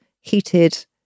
heated